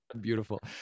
beautiful